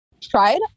tried